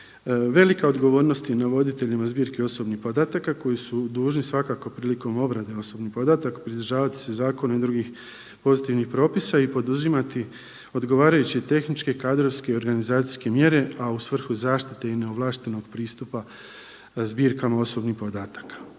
Velika odgovornost je na voditeljima zbirke osobnih podataka koji su dužni svakako prilikom obrade osobnih podataka pridržavati se zakona i drugih pozitivnih propisa i poduzimati odgovarajuće tehničke, kadrovske i organizacijske mjere, a u svrhu zaštite i neovlaštenog pristupa zbirkama osobnih podataka.